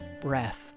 breath